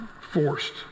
forced